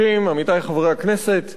עמיתי חברי הכנסת,